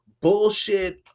bullshit